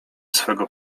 swego